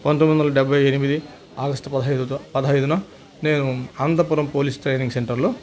పంతొమ్మిది వందల డెబ్భై ఎనిమిది ఆగస్టు పదిహైదు పదిహైదున నేను అనంతపురం పోలీస్ ట్రైనింగ్ సెంటర్లో